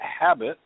habit